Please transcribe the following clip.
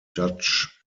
dutch